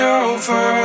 over